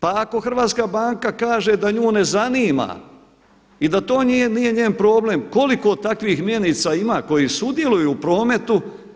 Pa ako Hrvatska banka kaže da nju ne zanima i da to nije njen problem, koliko takvih mjenica ima koje sudjeluju u prometu?